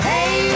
Hey